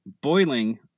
boiling